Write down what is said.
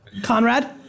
Conrad